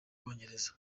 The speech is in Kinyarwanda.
bwongereza